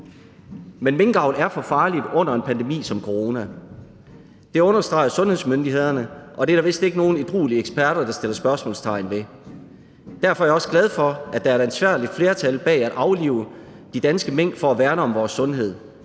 Men minkavl er for farligt under en pandemi som corona. Det understregede sundhedsmyndighederne, og det er der vist ikke nogen ædruelige eksperter der sætter spørgsmålstegn ved. Derfor er jeg også glad for, at der er et ansvarligt flertal bag at aflive de danske mink for at værne om vores sundhed.